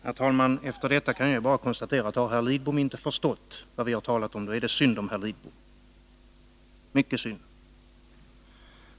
Herr talman! Efter detta inlägg kan jag bara konstatera att om herr Lidbom intet förstått vad vi talat om är det mycket synd om herr Lidbom.